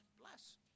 bless